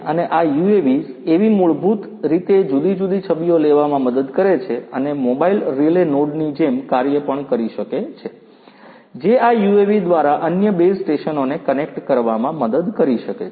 અને આ યુએવી મૂળભૂત રીતે જુદી જુદી છબીઓ લેવામાં મદદ કરે છે અને મોબાઇલ રિલે નોડની જેમ કાર્ય પણ કરી શકે છે જે આ યુએવી દ્વારા અન્ય બેઝ સ્ટેશનોને કનેક્ટ કરવામાં મદદ કરી શકે છે